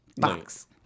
box